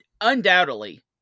undoubtedly